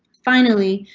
finally,